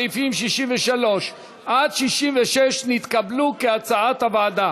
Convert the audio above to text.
סעיפים 63 66 נתקבלו, כהצעת הוועדה.